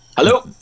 Hello